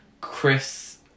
Chris